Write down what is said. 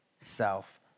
self